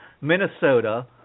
Minnesota